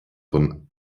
von